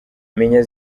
menya